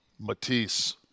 Matisse